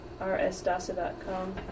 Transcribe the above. rsdasa.com